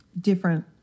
different